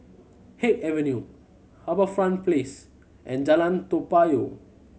Haig Avenue HarbourFront Place and Jalan Toa Payoh